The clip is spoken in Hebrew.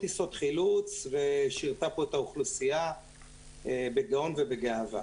טיסות חילוץ ושירתה פה את האוכלוסייה בגאון ובגאווה.